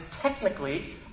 technically